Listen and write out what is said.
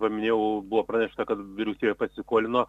paminėjau buvo pranešta kad vyriausybė pasiskolino